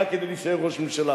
רק כדי להישאר ראש ממשלה.